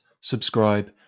subscribe